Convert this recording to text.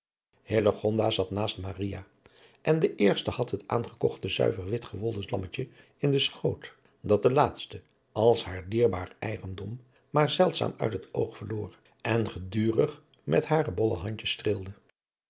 zat naast maria en de eerste had het aangekochte zuiver wit gewold lammetje in den schoot dat de laatste als haar dierbaar eigendom maar zeldzaam uit het oog verloor en gedurig met hare bolle handjes